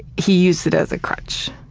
he used it as a crutch.